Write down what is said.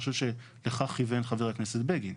אני חושב שלכך כיוון חבר הכנסת בגין.